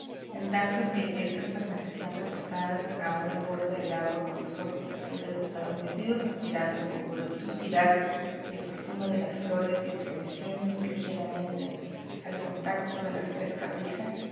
en tanto que éstas permanecían recostadas aún al borde del agua con los ojos azules adormecidos aspirando con voluptuosidad del perfume de las flores y estremeciéndose ligeramente al contacto de la fresca brisa